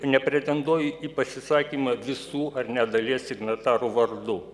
nepretenduoju į pasisakymą visų ar net dalies signatarų vardu